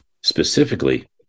specifically